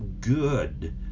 good